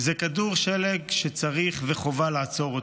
זה כדור שלג שצריך וחובה לעצור אותו.